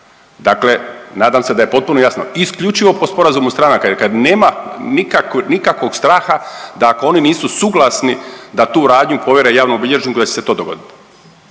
dakle nadam se da je potpuno jasno, isključivo po sporazumu stranaka jer kad nema nikakvog straha da ako oni nisu suglasni da tu radnju povjere javnom bilježniku da će se to dogodit,